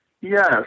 Yes